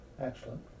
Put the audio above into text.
Excellent